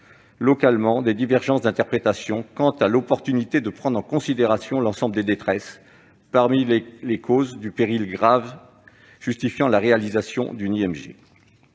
localement, des divergences d'interprétation quant à l'opportunité de prendre en considération l'ensemble des détresses parmi les causes de péril grave justifiant la réalisation d'une IMG.